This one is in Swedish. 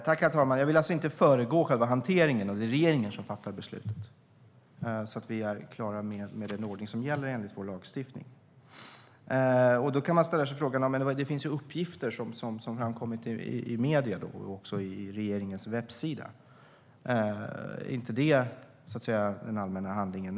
Herr talman! Jag vill alltså inte föregå själva hanteringen, och det är regeringen som fattar beslutet, så att vi är klara med den ordning som gäller enligt vår lagstiftning. Eftersom det finns uppgifter som framkommit i medier och också på regeringens webbsida kan man fråga sig om inte det är den allmänna handlingen.